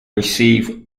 receive